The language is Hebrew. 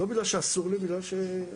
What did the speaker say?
לא בגלל שאסור לי אלא בגלל שהחלטתי.